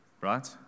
right